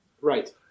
Right